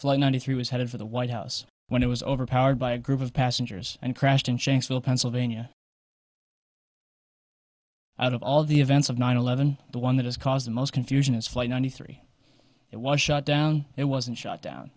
flight ninety three was headed for the white house when it was overpowered by a group of passengers and crashed in shanksville pennsylvania out of all of the events of nine eleven the one that has caused the most confusion is flight ninety three it was shut down it wasn't shut down